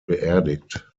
beerdigt